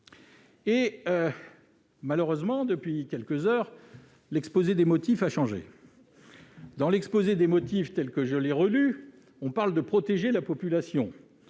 Malheureusement, depuis quelques heures, l'exposé des motifs a changé. Dans l'exposé des motifs tel que je l'ai relu, il est question de protéger la population